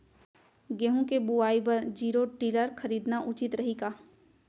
गेहूँ के बुवाई बर जीरो टिलर खरीदना उचित रही का?